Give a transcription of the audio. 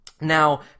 Now